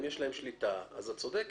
אם יש להם שליטה, את צודקת.